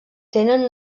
tenen